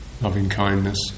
loving-kindness